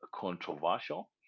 controversial